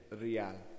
real